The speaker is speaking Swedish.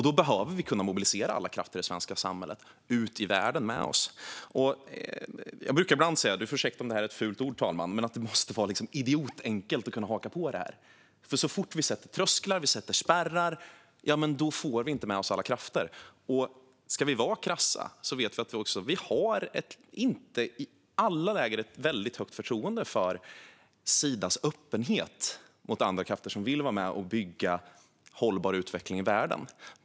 Då behöver vi kunna mobilisera alla krafter i det svenska samhället ut i världen med oss. Fru talmannen får ursäkta om det här är ett fult ord, men jag brukar ibland säga att det måste vara idiotenkelt att kunna haka på det här. För så fort vi sätter upp trösklar och spärrar får vi inte med oss alla krafter. Om vi ska vara krassa vet vi också att vi inte i alla läger har ett väldigt högt förtroende för Sidas öppenhet mot andra krafter som vill vara med och bygga hållbar utveckling i världen.